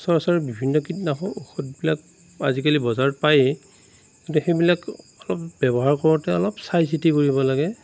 সচৰাচৰ বিভিন্ন কীটনাশক ঔষধবিলাক আজিকালি বজাৰত পায়েই গতিকে সেইবিলাক অলপ ব্যৱহাৰ কৰোঁতে অলপ চাই চিতি কৰিব লাগে